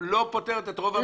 לא פותרת את רוב הבעיות.